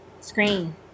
screen